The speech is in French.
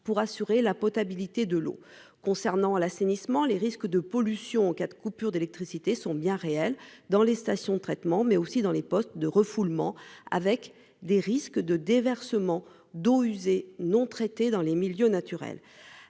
pour assurer la potabilité de l'eau. Concernant l'assainissement, les risques de pollution en cas de coupures d'électricité sont bien réelles dans les stations de traitement mais aussi dans les postes de refoulement, avec des risques de déversement d'eaux usées non traitées dans les milieux naturels,